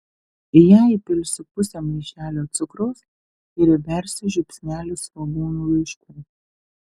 į ją įpilsiu pusę maišelio cukraus ir įbersiu žiupsnelį svogūnų laiškų